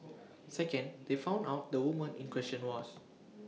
second they found out the woman in question was